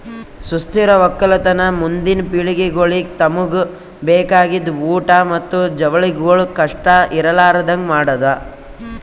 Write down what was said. ಸುಸ್ಥಿರ ಒಕ್ಕಲತನ ಮುಂದಿನ್ ಪಿಳಿಗೆಗೊಳಿಗ್ ತಮುಗ್ ಬೇಕಾಗಿದ್ ಊಟ್ ಮತ್ತ ಜವಳಿಗೊಳ್ ಕಷ್ಟ ಇರಲಾರದಂಗ್ ಮಾಡದ್